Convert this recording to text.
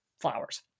flowers